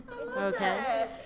okay